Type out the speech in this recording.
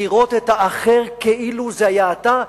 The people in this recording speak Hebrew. לראות את האחר כאילו זה אתה,